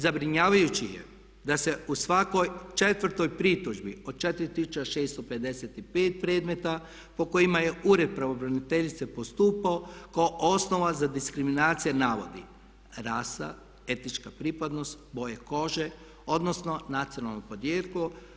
Zabrinjavajuće je da se u svakoj četvrtoj pritužbi od 4655 predmeta po kojima je ured pravobraniteljice postupao kao osnova za diskriminacije navodi rasa, etnička pripadnost, boja kože, odnosno nacionalno podrijetlo.